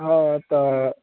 हँ तऽ